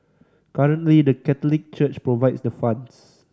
currently the Catholic Church provides the funds